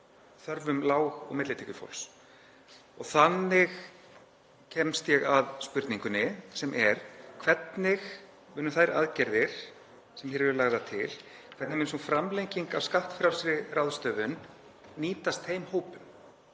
þörfum lág- og millitekjufólks. Og þannig kemst ég að spurningunni sem er: Hvernig munu þær aðgerðir sem hér eru lagðar til, hvernig mun sú framlenging af skattfrjálsri ráðstöfun nýtast þeim hópum?